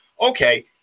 Okay